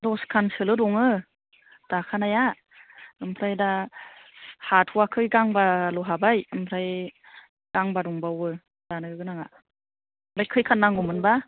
दस खानसोल' दङ दाखानाया ओमफ्राय दा हाथ'वाखै गांबाल' हाबाय ओमफ्राय गांबा दंबावो दानो गोनांआ ओमफ्राय कैखान नांगौमोनबा